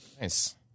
nice